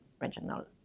regional